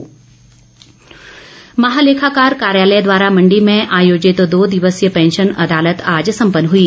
pension अदालत महालेखाकार कार्यालय द्वारा मण्डी में आयोजित दो दिवसीय पैंशन अदालत आज संपन्न हुई